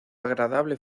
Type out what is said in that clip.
agradable